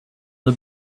the